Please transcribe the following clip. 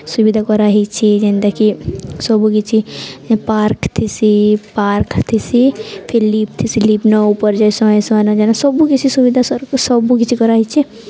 ସୁବିଧା କରା ହେଇଛେ ଜେନ୍ଟାକି ସବୁ କିିଛି ପାର୍କ୍ ଥିସି ପାର୍କ୍ ଥିସି ଫେର୍ ଲିପ୍ଟ ଥିସି ଲିପ୍ଟ ନ ଉପରେ ଯାଏସୁଁ ଆନା ଯାନା ସବୁ କିଛି ସୁବିଧା ସରକାର ସବୁ କିଛି କରାହେଇଛେ